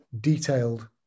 detailed